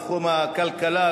בתחום הכלכלה,